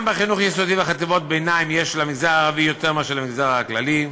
גם בחינוך יסודי ובחטיבות ביניים יש למגזר הערבי יותר מאשר למגזר הכללי,